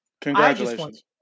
Congratulations